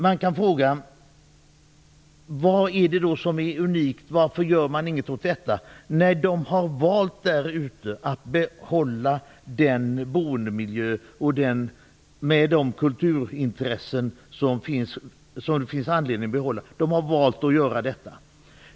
Man kan fråga: Vad är det då som är unikt? Varför gör man inget åt detta, när de där ute har valt denna boendemiljö, med de kulturintressen som det finns anledning att behålla?